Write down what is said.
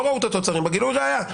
לא ראו את התוצרים בגילוי ראיה,